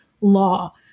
law